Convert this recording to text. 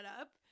up